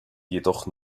jedoch